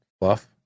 Bluff